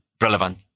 relevant